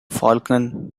falcon